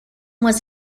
was